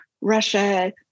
Russia